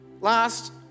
Last